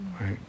right